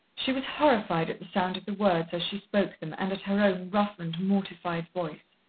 she was horrified at the sound of the words as she spoke them, and at her own roughened, mortified voice.